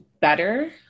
better